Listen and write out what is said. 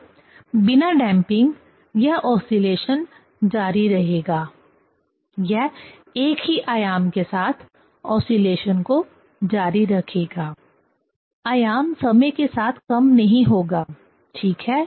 तो बिना डैंपिंग यह ओसीलेशन जारी रहेगा यह एक ही आयाम के साथ ओसीलेशन को जारी रखेगा आयाम समय के साथ कम नहीं होगा ठीक है